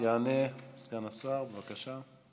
יענה סגן השר, בבקשה.